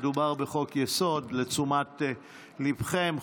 מדובר בחוק-יסוד, לתשומת ליבכם.